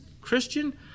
Christian